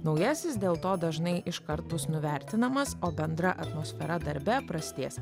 naujasis dėl to dažnai iš kart bus nuvertinamas o bendra atmosfera darbe prastės